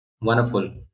Wonderful